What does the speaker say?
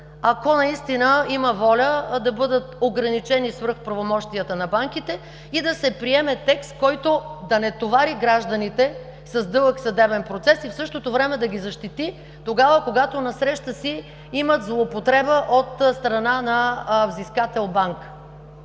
ако наистина има воля да бъдат ограничени свръхправомощията на банките и да се приеме текст, който да не товари гражданите с дълъг съдебен процес и в същото време да ги защити тогава, когато насреща си имат злоупотреба от страна на взискател банка